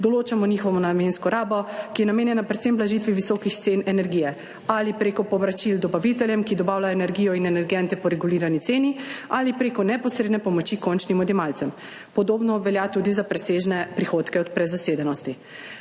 Določamo njihovo namensko rabo, ki je namenjena predvsem blažitvi visokih cen energije, ali preko povračil dobaviteljem, ki dobavljajo energijo in energente po regulirani ceni, ali preko neposredne pomoči končnim odjemalcem. Podobno velja tudi za presežne prihodke od prezasedenosti.